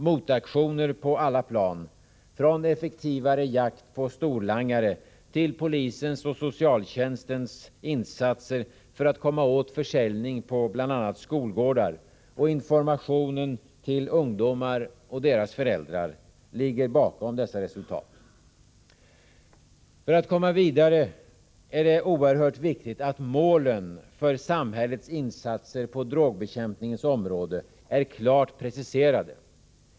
Motaktioner på alla plan — från effektivare jakt på storlangare till polisens och socialtjänstens insatser för att komma åt försäljning på bl.a. skolgårdar och informationen till ungdomar och deras föräldrar — ligger bakom dessa resultat. För att komma vidare är det av oerhörd vikt att målen för samhällets insatser på drogbekämpningens område är klart preciserade.